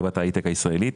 חברת ההייטק הישראלית,